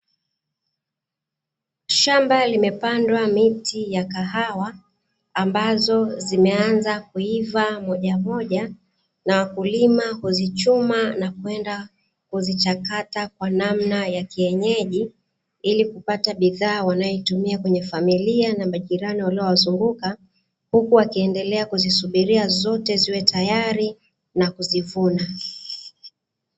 Shamba limepandwa miti ya kahawa, ambazo zimeanza kuiva moja moja, na wakulima huzichuma na kwenda kuzichakata kwa namna ya kienyeji, ili kupata bidhaa wanayoitumia kwenye familia na majirani waliowazunguka huku wakiendelea kuzisubiri zote ziwe tayari na kuzivuna.